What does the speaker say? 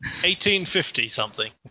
1850-something